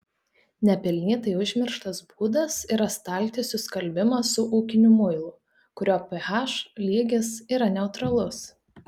nepelnytai užmirštas būdas yra staltiesių skalbimas su ūkiniu muilu kurio ph lygis yra neutralus